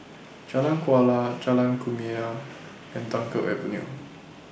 Jalan Kuala Jalan Kumia and Dunkirk Avenue